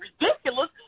ridiculous